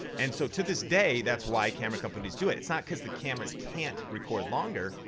and so to this day that's why camera companies do it. it's not cause the cameras can't record longer,